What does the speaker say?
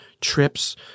trips